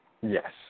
Yes